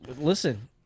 Listen